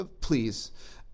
please